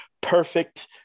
perfect